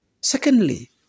Secondly